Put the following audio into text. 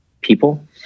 people